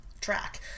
track